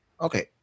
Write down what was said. Okay